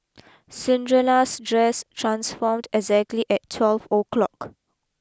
Cinderella's dress transformed exactly at twelve O'clock